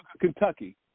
Kentucky